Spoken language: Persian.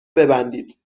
ببندید